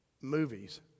movies